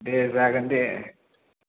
दे जागोन दे